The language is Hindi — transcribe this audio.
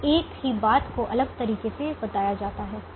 अब एक ही बात को अलग तरीके से बताया जाता है